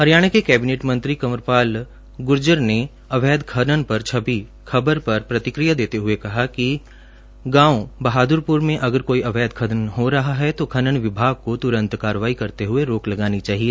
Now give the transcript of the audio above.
हरियाणा के कैबिनेट मंत्री कंवलपाल गुर्जर ने अवैध खनन पर छपी खबर पर प्रतिक्रिया देते हुए कहा कि गांव बहाद्रपुर में अगर कोई अवैध खनन हो रहा है तो खनन विभाग को तुरंत कार्रवाई करते हुए रोक लगानी चाहिए